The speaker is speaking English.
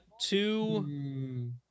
two